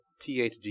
THG